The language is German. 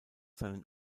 seinen